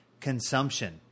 consumption